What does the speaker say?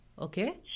Okay